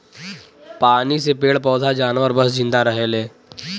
पानी से पेड़ पौधा जानवर सब जिन्दा रहेले